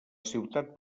ciutat